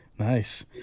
Nice